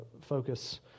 focus